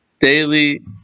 Daily